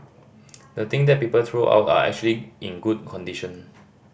the thing that people throw out are actually in good condition